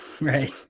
Right